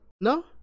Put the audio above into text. No